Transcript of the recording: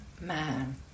man